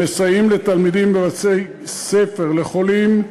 הם מסייעים לתלמידים בבתי-הספר, לחולים,